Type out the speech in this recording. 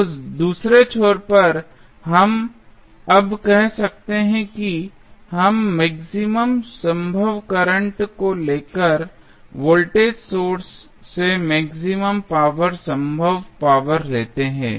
तो दूसरे छोर पर हम अब कह सकते हैं कि हम मैक्सिमम संभव करंट को लेकर वोल्टेज सोर्स से मैक्सिमम पावर संभव पावर लेते हैं